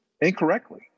incorrectly